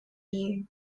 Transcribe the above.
you